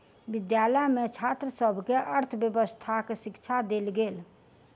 विद्यालय में छात्र सभ के अर्थव्यवस्थाक शिक्षा देल गेल